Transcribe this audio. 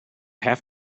have